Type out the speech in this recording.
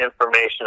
information